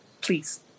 Please